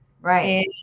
Right